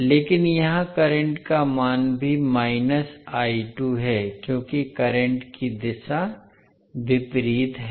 लेकिन यहाँ करंट का मान भी है क्योंकि करंट की दिशा विपरीत है